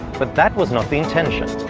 but that was not the intention.